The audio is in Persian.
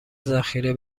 ذخیره